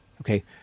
okay